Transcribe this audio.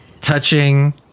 Touching